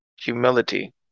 Humility